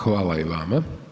Hvala i vama.